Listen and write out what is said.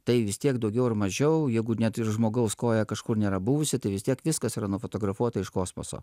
tai vis tiek daugiau ar mažiau jeigu net ir žmogaus koja kažkur nėra buvusi tai vis tiek viskas yra nufotografuota iš kosmoso